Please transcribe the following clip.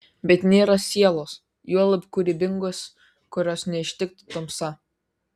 bet nėra sielos juolab kūrybingos kurios neištiktų tamsa